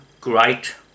great